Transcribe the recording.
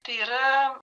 tai yra